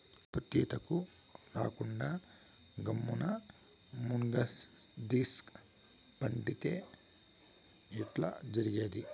కలుపు తీతకు రాకుండా గమ్మున్న మున్గదీస్క పండితే ఎట్టా జరిగేది